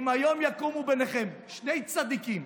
אם היום יקומו ביניכם שני צדיקים,